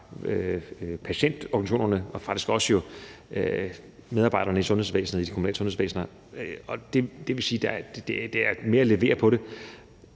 patientorganisationerne og jo faktisk også medarbejderne i de kommunale sundhedsvæsener, og det vil sige, at det er med at levere på det.